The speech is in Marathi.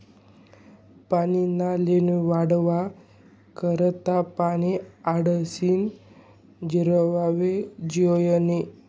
पानी नी लेव्हल वाढावा करता पानी आडायीसन जिरावाले जोयजे